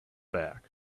back